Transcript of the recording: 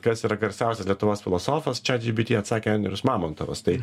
kas yra garsiausias lietuvos filosofas chat gpt atsakė andrius mamontovas tai